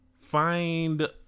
find